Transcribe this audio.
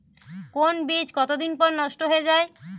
কোন বীজ কতদিন পর নষ্ট হয়ে য়ায়?